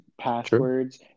passwords